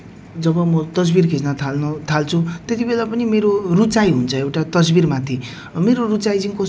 एकदम राम्रो अनि त्यहाँ रहनु भएको स्टाफहरू पनि एकदम